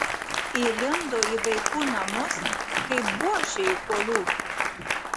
įlindo į vaikų namus kaip buožė į kolūkį